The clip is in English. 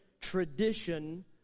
tradition